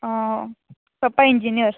पप्पा इंजिनियर